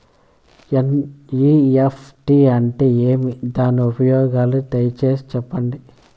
NEFT అంటే ఏమి? దాని ఉపయోగాలు దయసేసి సెప్పండి?